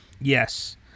Yes